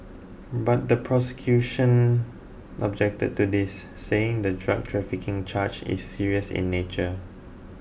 but the prosecution objected to this saying the drug trafficking charge is serious in nature